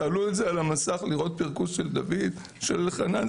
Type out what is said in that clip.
תעלו על המסך פרכוס של דוד או של חנן?